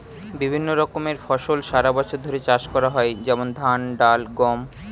বিভিন্ন রকমের ফসল সারা বছর ধরে চাষ করা হয়, যেমন ধান, ডাল, গম